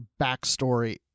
backstory